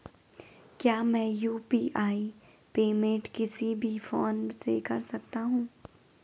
क्या मैं UPI payment किसी भी फोन से कर सकता हूँ?